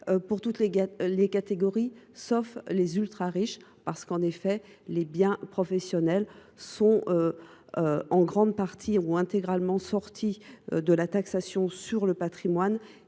pour toutes les catégories de la population, sauf pour les ultra riches parce que les biens professionnels sont en grande partie ou intégralement sortis de la taxation sur le patrimoine.